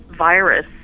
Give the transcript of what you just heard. virus